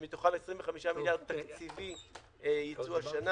כשמתוכם 25 מיליארד תקציבי ייצאו השנה